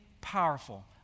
powerful